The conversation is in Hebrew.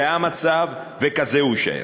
זה המצב, וכזה הוא יישאר.